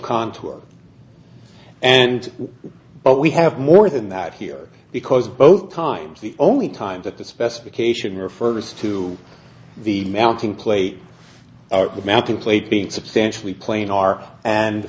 contour and but we have more than that here because both times the only time that the specification refers to the mounting plate the mounting plate being substantially plain are and